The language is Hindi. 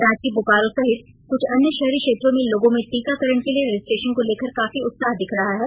रांची बोकारो सहित कुछ अन्य शहरी क्षेत्रों में लोगों में टीकाकरण के लिए रजिस्ट्रेशन को लेकर काफी उत्साह दिख रहा है